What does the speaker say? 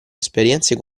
esperienze